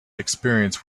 experience